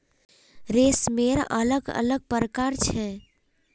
रेशमेर अलग अलग प्रकार छ